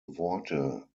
worte